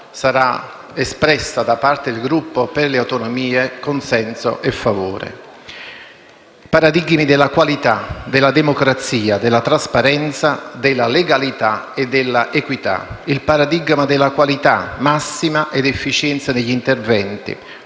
saranno espressi, da parte del Gruppo Per le Autonomie, consenso e favore. Mi riferisco ai paradigmi della qualità, della democrazia, della trasparenza, della legalità e dell'equità: il paradigma della qualità massima e dell'efficienza degli interventi,